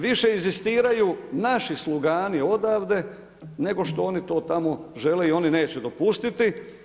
Više inzistiraju naši slugani odavde, nego što oni to tamo žele i oni neće dopustiti.